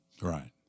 Right